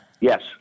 Yes